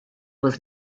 was